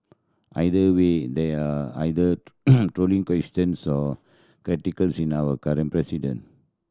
either way there are either trolling questions or in our current president